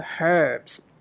herbs